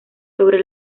sobre